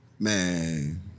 Man